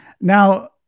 Now